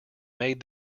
made